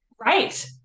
right